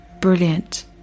brilliant